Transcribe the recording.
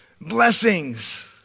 Blessings